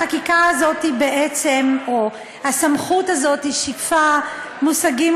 החקיקה הזאת או הסמכות הזאת שיקפה מושגים